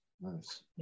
nice